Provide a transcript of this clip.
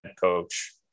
coach